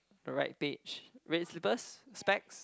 right page red slippers specs